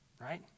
right